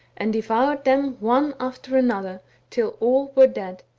and devoured them one after another till all were dead,